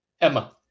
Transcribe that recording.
emma